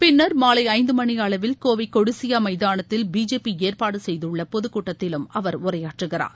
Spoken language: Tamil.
பின்னர் மாலை ஐந்து மணி அளவில் கோவை கொடிசியா மைதானத்தில் பிஜேபி ஏற்பாடு செய்துள்ள பொதுக்கூட்டத்திலும் அவர் உரையாற்றுகிறார்